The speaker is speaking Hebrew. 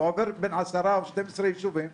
הוא עובר דרך עשרה או שנים עשר יישובים,